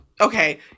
Okay